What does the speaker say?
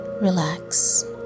relax